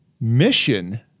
mission